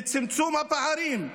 בצמצום הפערים,